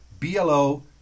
BLO